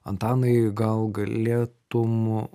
antanai gal galėtum